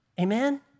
Amen